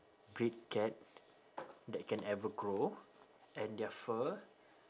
great cat that can ever grow and their fur